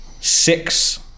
six